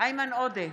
איימן עודה,